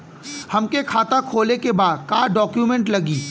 हमके खाता खोले के बा का डॉक्यूमेंट लगी?